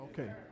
Okay